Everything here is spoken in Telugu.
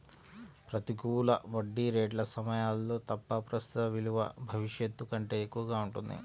ప్రతికూల వడ్డీ రేట్ల సమయాల్లో తప్ప, ప్రస్తుత విలువ భవిష్యత్తు కంటే ఎక్కువగా ఉంటుంది